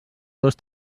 dos